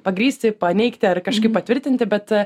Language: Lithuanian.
pagrįsti paneigti ar kažkaip patvirtinti bet